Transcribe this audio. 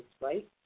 right